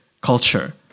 culture